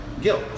Guilt